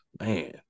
man